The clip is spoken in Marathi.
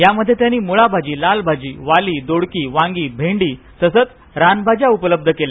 यामध्ये त्यांनी मुळा भाजी लाल भाजी वाली दोडकी वांगी भेंडी तसेच रानभाज्या उपलब्ध केल्या